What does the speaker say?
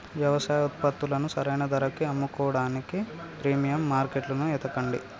యవసాయ ఉత్పత్తులను సరైన ధరకి అమ్ముకోడానికి ప్రీమియం మార్కెట్లను ఎతకండి